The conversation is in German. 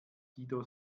guido